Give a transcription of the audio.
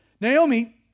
Naomi